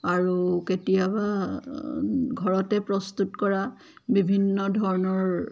আৰু কেতিয়াবা ঘৰতে প্ৰস্তুত কৰা বিভিন্ন ধৰণৰ